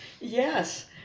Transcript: yes